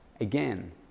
again